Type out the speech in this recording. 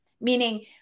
meaning